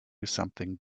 something